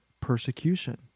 persecution